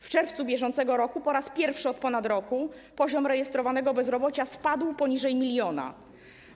W czerwcu br. po raz pierwszy od ponad roku poziom rejestrowanego bezrobocia spadł poniżej 1 mln osób.